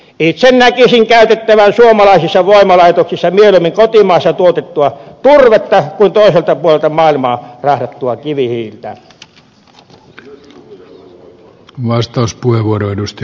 itse näkisin käytettävän suomalaisissa voimalaitoksissa mieluummin kotimaassa tuotettua turvetta kuin toiselta puolelta maailmaa rahdattua kivihiiltä